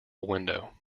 window